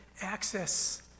access